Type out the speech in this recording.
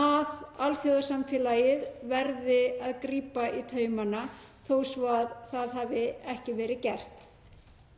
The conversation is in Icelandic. að alþjóðasamfélagið verði að grípa í taumana þó svo að það hafi ekki verið gert.